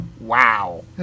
Wow